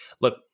look